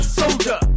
soldier